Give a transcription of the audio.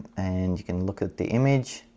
and you can look at the image